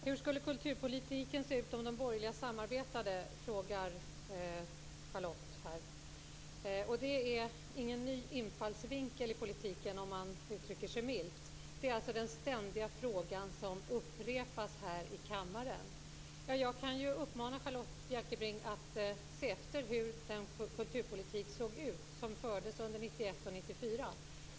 Herr talman! Hur skulle kulturpolitiken se ut om de borgerliga samarbetade? frågar Charlotta Bjälkebring. Det är, milt uttryckt, ingen ny infallsvinkel i politiken. Det är den ständiga frågan som upprepas i kammaren. Jag kan uppmana Charlotta Bjälkebring att se efter hur den kulturpolitik som fördes under 1991-1994 såg ut.